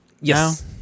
Yes